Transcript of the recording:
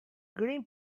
green